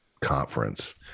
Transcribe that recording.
conference